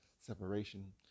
separation